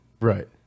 Right